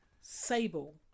sable